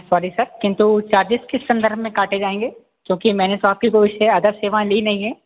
sorry sir किन्तु charges किस संदर्भ में काटे जाएँगे क्योंकि मैंने तो आपकी कोई से अदर सेवाऐं ली नही हैं